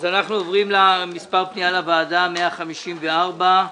עוברים למס' פנייה לוועדה 154,